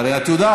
הרי את יודעת.